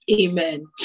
Amen